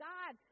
God